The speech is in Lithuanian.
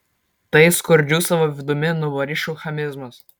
tai skurdžių savo vidumi nuvorišų chamizmas